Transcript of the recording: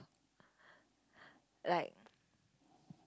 like